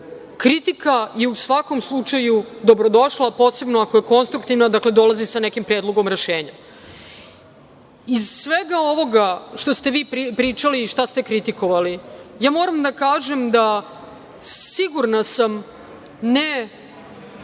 Kritika je u svakom slučaju dobrodošla, posebno ako je konstruktivna, dakle, dolazi sa nekim predlogom rešenja. Iz svega ovoga što ste pričali i šta ste kritikovali, moram da kažem da sam sigurna, ne